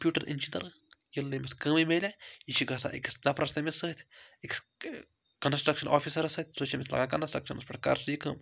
computer engineering ییٚلہِ نہٕ أمِس کٲمٕے میلے یہِ چھُ گژھان أکِس نَفرَس تٔمِس سۭتۍ أکِس کَنَسٹرٛکشَن آفِسَر سۭتۍ سُہ چھِ أمِس لَگان کَنسٹرٛکشَنَس پٮ۪ٹھ کَر ژٕ یہِ کٲم